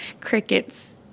Crickets